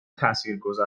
تاثیرگذار